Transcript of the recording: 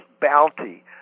bounty